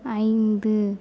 ஐந்து